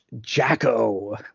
Jacko